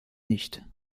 nicht